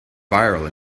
viral